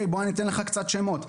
בוא אתן לך קצת שמות: